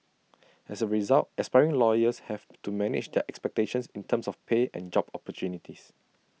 as A result aspiring lawyers have to manage their expectations in terms of pay and job opportunities